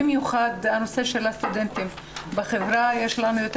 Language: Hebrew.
במיוחד נושא הסטודנטים שנמצאים בחו"ל בחברה יש לנו יותר